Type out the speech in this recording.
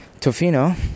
Tofino